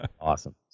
Awesome